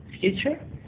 future